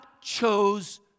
chose